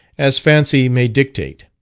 as fancy may dictate.